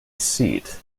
seat